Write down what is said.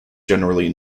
generally